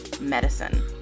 medicine